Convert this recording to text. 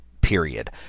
period